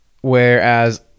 Whereas